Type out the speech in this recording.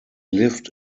lived